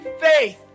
faith